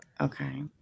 Okay